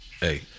hey